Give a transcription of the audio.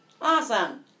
Awesome